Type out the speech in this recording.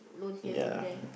ya